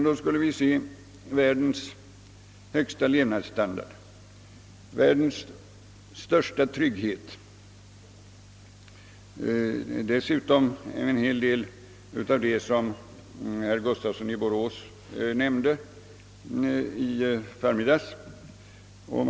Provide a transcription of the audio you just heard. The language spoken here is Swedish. Då skulle vi se' världens högsta levnadsstandard, världens största trygghet. Dessutom skulle vi se en hel del av det som herr Gustafsson i Borås i dag nämnde.